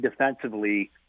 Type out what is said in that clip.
defensively